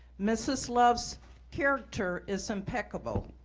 mrs. love's character is impeccable.